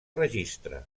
registre